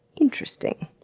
interesting.